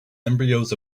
embryos